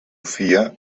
fia